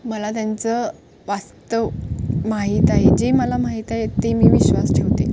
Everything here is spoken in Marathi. मला त्यांचं वास्तव माहीत आहे जे मला माहीत आहे ते मी विश्वास ठेवते